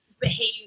behave